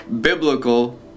biblical